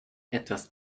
etwas